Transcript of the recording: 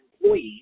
employees